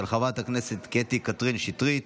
של חברת הכנסת קטי קטרין שטרית.